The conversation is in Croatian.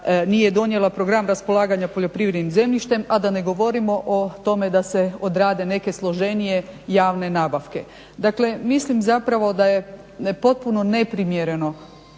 nije donijela program raspolaganja poljoprivrednim zemljištem, a da ne govorimo o tome da se odrade neke složenije javne nabavke. Dakle mislim zapravo da je potpuno neprimjereno